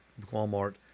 Walmart